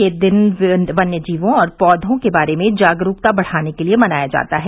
यह दिन वन्य जीवों और पौधों के बारे में जागरूकता बढ़ाने के लिए मनाया जाता है